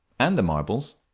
and the marbles.